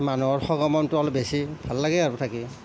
মানুহৰ সমাগমটো অলপ বেছি ভাল লাগে আৰু থাকি